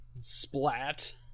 splat